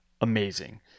Amazing